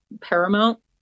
paramount